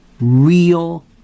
real